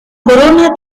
corona